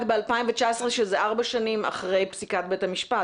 ב-2019 שזה ארבע שנים לאחר פסיקת בית המשפט.